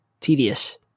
tedious